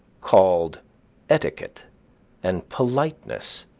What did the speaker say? called etiquette and politeness,